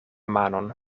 manon